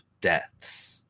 deaths